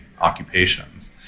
occupations